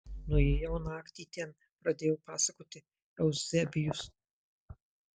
nuėjau naktį ten pradėjo pasakoti euzebijus